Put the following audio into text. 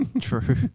True